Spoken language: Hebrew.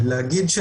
ולהגיד,